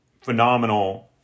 phenomenal